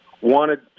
wanted